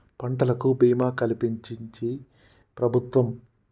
పంటలకు భీమా కలిపించించి ప్రభుత్వం